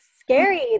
scary